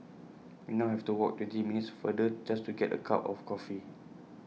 we now have to walk twenty minutes farther just to get A cup of coffee